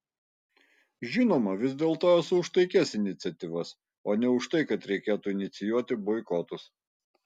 žinoma vis dėlto esu už taikias iniciatyvas o ne už tai kad reikėtų inicijuoti boikotus